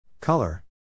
Color